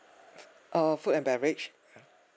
err food and beverage